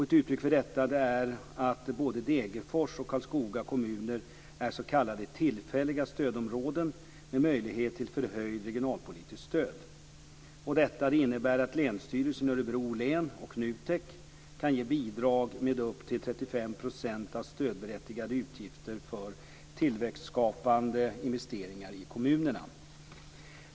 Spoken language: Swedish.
Ett uttryck för detta är att både Degerfors och Karlskoga kommuner är s.k. tillfälliga stödområden med möjlighet till förhöjt regionalpolitiskt stöd. Detta innebär att Länsstyrelsen i Örebro län och NUTEK kan ge bidrag med upp till 35 % av stödberättigade utgifter för tillväxtskapande investeringar i kommunerna.